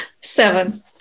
Seven